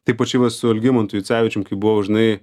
tai pat čia va su algimantu jucevičium kai buvau žinai